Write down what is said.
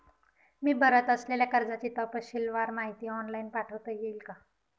मी भरत असलेल्या कर्जाची तपशीलवार माहिती ऑनलाइन पाठवता येईल का?